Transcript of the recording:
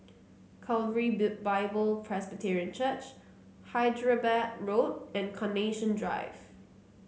Calvary Bible Presbyterian Church Hyderabad Road and Carnation Drive